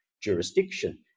jurisdiction